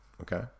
Okay